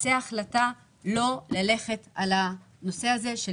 תצא החלטה לא ללכת על הנושא הזה של